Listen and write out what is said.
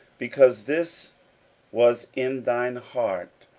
because this was in thine heart,